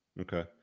Okay